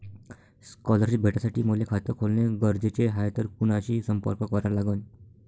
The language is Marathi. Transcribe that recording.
स्कॉलरशिप भेटासाठी मले खात खोलने गरजेचे हाय तर कुणाशी संपर्क करा लागन?